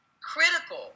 critical